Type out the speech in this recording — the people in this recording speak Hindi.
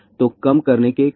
तो कम करने के उपाय क्या हैं